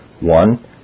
One